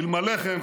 אלמלא כן,